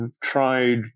tried